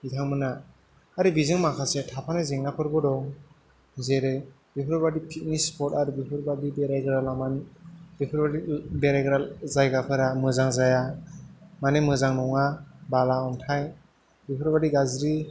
बिथांमोना आरो बेजों माखासे थाफानाय जेंनाफोरबो दं जेरै बेफोरबायदि फिकनिक सिफर्थ आरो बेफोरबादि बेरायग्रा लामानि बेफोरबादि बेरायग्रा जायगाफोरा मोजां जाया माने मोजां नङा बाला आन्थाइ बेफोरबादि गाज्रि